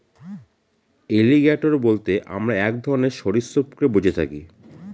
alligator বলতে আমরা এক ধরনের সরীসৃপকে বুঝে থাকি